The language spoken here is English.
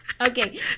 Okay